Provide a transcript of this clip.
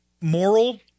moral